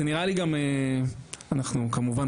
אנחנו כמובן,